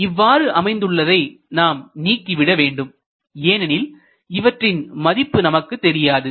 எனவே இவ்வாறு அமைந்துள்ளதை நாம் நீக்கிவிடவேண்டும் ஏனெனில் இவற்றின் மதிப்பு நமக்கு தெரியாது